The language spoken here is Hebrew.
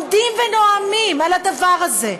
עומדים ונואמים על הדבר הזה,